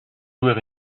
louer